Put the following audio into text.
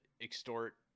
extort